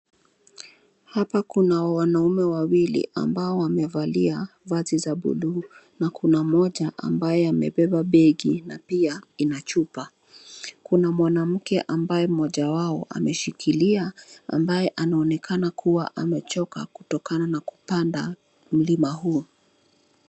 Hapa kuna wanaume wawili ambao wamevalia vazi za buluu na kuna mmoja ambaye amebeba begi na pia ina chupa, kuna mwanamke ambaye mmoja wao ameshikilia ambaye anaonekana kuwa amechoka kutokana na kupanda mlima huo.